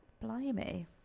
Blimey